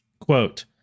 Quote